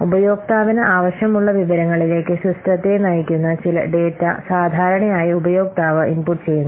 ഉപയോക്താവിന് ആവശ്യമുള്ള വിവരങ്ങളിലേക്ക് സിസ്റ്റത്തെ നയിക്കുന്ന ചില ഡാറ്റ സാധാരണയായി ഉപയോക്താവ് ഇൻപുട്ട് ചെയ്യുന്നു